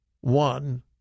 one